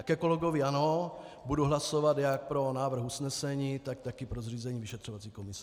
A ke kolegovi: Ano, budu hlasovat jak pro návrh usnesení, tak také pro zřízení vyšetřovací komise.